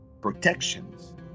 protections